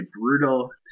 brutal